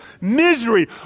misery